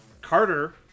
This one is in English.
carter